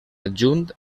adjunt